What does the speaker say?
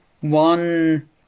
one